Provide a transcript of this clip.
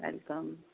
welcome